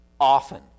often